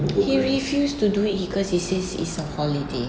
he refuse to do it because he says is a holiday